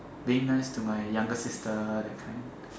being nice to my younger sister that kind